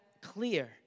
clear